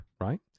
right